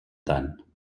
tant